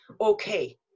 okay